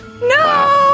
No